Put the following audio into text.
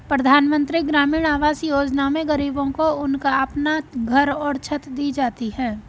प्रधानमंत्री ग्रामीण आवास योजना में गरीबों को उनका अपना घर और छत दी जाती है